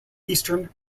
eastern